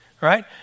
right